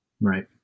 Right